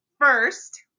first